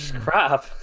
crap